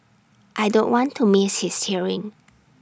I don't want to miss his hearing